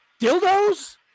dildos